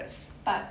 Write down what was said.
but